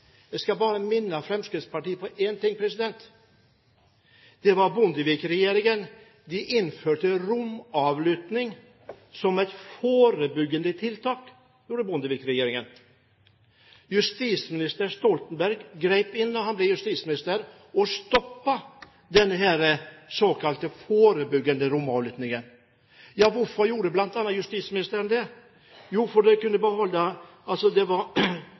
Jeg skal bare minne Fremskrittspartiet om én ting: Bondevik-regjeringen innførte romavlytting som et forebyggende tiltak. Det gjorde Bondevik-regjeringen. Knut Storberget grep inn da han ble justisminister og stoppet denne såkalte forebyggende romavlyttingen. Hvorfor gjorde justisministeren det? Jo, fordi bl.a. Metodekontrollutvalget uttalte at dette var sterkt i strid med Grunnloven. Det var